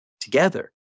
together